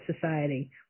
society